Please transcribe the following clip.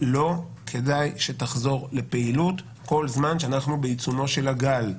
לא כדאי שתחזור לפעילות כל זמן שאנחנו בעיצומו של הגל.